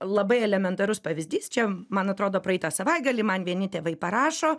labai elementarus pavyzdys čia man atrodo praeitą savaitgalį man vieni tėvai parašo